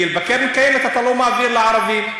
כי בקרן קיימת אתה לא מעביר לערבים,